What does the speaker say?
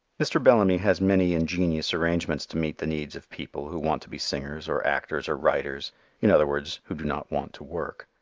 mr. bellamy has many ingenious arrangements to meet the needs of people who want to be singers or actors or writers in other words, who do not want to work.